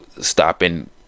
stopping